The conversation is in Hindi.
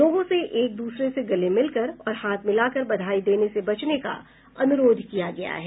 लोगों से एक दूसरे से गले मिलकर और हाथ मिलाकर बधाई देने से बचने का अनुरोध किया गया है